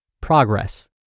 Progress